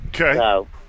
Okay